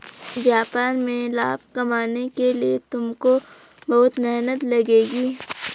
व्यापार में लाभ कमाने के लिए तुमको बहुत मेहनत लगेगी